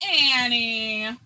Annie